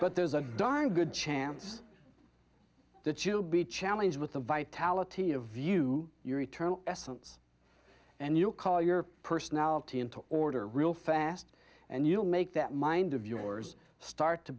but there's a darn good chance that you'll be challenged with a vitality a view your eternal essence and you'll call your personality into order real fast and you'll make that mind of yours start to